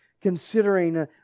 considering